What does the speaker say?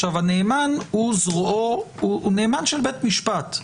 הנאמן הוא נאמן של בית משפט.